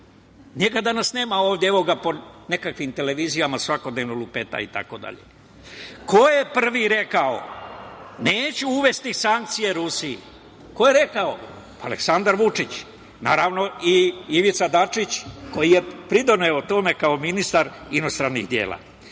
Njega danas nema ovde. Evo ga po nekakvim televizijama svakodnevno lupeta. Ko je prvi rekao – neću uvesti sankcije Rusiji? Ko je rekao? Pa, Aleksandar Vučić. Naravno i Ivica Dačić koji je pridoneo tome kao ministar inostranih